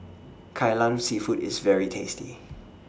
Kai Lan Seafood IS very tasty